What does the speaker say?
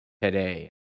today